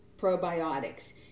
probiotics